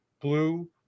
Blue